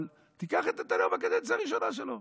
אבל תיקח את נתניהו בקדנציה הראשונה שלו,